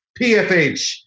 PFH